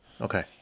Okay